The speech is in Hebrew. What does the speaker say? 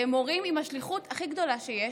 והם מורים עם השליחות הכי גדולה שיש.